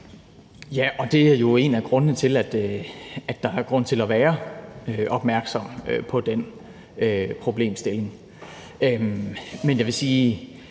(S): Det er jo en af grundene til, at der er grund til at være opmærksom på den problemstilling. Men jeg vil sige,